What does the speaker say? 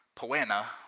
poena